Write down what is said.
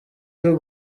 y’u